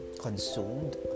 consumed